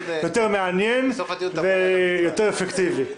יותר מעניין ויותר אפקטיבי,